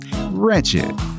wretched